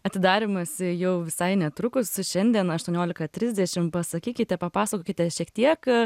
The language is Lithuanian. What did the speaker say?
atidarymas jau visai netrukus šiandien aštuoniolika trisdešim pasakykite papasakokite šiek tiek